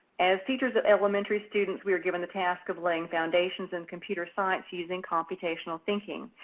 as teachers of elementary students, we are given the task of laying foundations in computer science using computational thinking.